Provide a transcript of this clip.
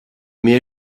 mais